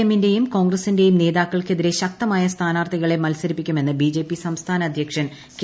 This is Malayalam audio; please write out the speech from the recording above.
എമ്മിന്റെയും ്കോൺഗ്രസിന്റെയും നേതാക്കൾക്കെതിരെ ശക്തരായ സ്ഥാനാർത്ഥികളെ മത്സരിപ്പിക്കുമെന്ന് ബിജെപി സംസ്ഥാന അധൃക്ഷൻ കെ